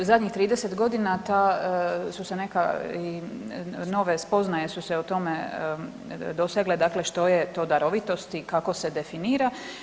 U zadnjih 30 godina ta su se neka i nove spoznaje su se o tome dosegle dakle što je to darovitost i kako se definira.